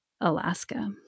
Alaska